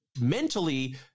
mentally